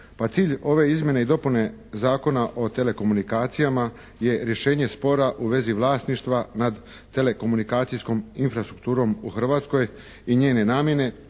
pa cilj ove izmjene i dopune Zakona o telekomunikacijama je rješenje spora u vezi vlasništva nad telekomunikacijskom infrastrukturom u Hrvatskoj i njene namjene,